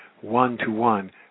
one-to-one